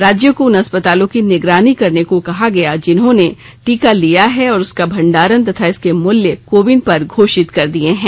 राज्यों को उन अस्पतालों की निगरानी करने को कहा गया जिन्होंने टीका लिया है और उसका भंडारण तथा इसके मुल्य कोविन पर घोषित कर दिये गये हैं